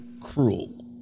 cruel